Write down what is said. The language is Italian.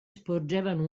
sporgevano